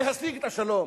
להשיג את השלום.